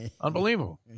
Unbelievable